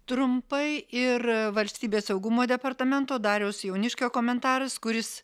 trumpai ir valstybės saugumo departamento dariaus jauniškio komentaras kuris